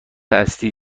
اصلی